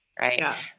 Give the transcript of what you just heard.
right